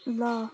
ल